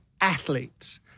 athletes